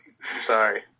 sorry